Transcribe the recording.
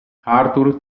arthur